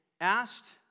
asked